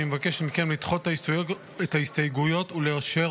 אני מבקש מכם לדחות את ההסתייגויות ולאשר